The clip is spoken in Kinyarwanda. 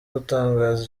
gutangaza